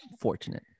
fortunate